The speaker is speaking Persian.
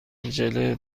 ژله